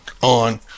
on